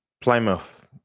Plymouth